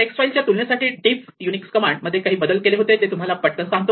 text फाइल्सच्या तुलने साठी 'डिफ' युनिक्स कमांड मध्ये काही बदल केले होते ते तुम्हाला पटकन सांगतो